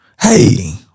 hey